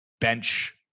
bench